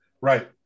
Right